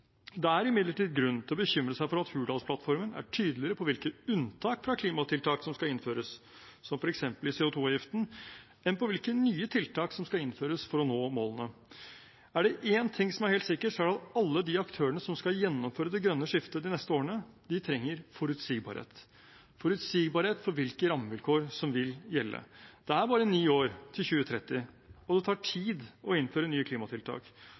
Det er imidlertid grunn til å bekymre seg for at Hurdalsplattformen er tydeligere på hvilke unntak fra klimatiltak som skal innføres, som f.eks. i CO 2 -avgiften, enn på hvilke nye tiltak som skal innføres for å nå målene. Er det én ting som er helt sikker, så er det at alle de aktørene som skal gjennomføre det grønne skiftet de neste årene, trenger forutsigbarhet, forutsigbarhet for hvilke rammevilkår som vil gjelde. Det er bare ni år til 2030, og det tar tid å innføre nye klimatiltak.